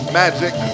magic